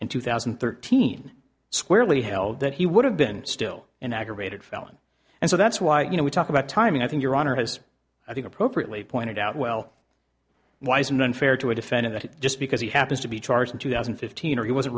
in two thousand and thirteen squarely held that he would have been still an aggravated felony and so that's why you know we talk about timing i think your honor has i think appropriately pointed out well why isn't unfair to a defender that just because he happens to be charged in two thousand and fifteen or he wasn't